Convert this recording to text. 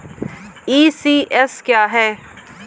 ECS क्या है?